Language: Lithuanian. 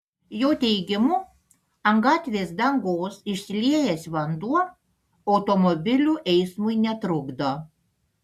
jo teigimu ant gatvės dangos išsiliejęs vanduo automobilių eismui netrukdo